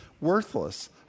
worthless